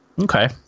Okay